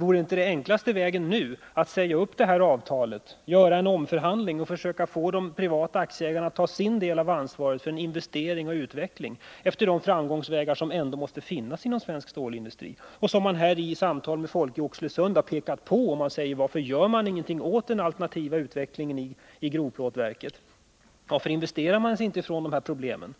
Vore inte den enklaste vägen att säga upp det här avtalet, göra om förhandlingarna och försöka få de privata aktieägarna att ta sin del av ansvaret för en investering och utveckling med hänsyn till de framgångsvägar som ändå måste finnas inom svensk stålindustri. Folk i Oxelösund har pekat på de framgångsvägarna och frågat varför man inte gör någonting åt en alternativ utveckling i grovplåtverket och investerar sig ifrån de här problemen.